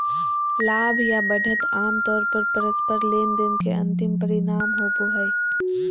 लाभ या बढ़त आमतौर पर परस्पर लेनदेन के अंतिम परिणाम होबो हय